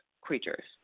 creatures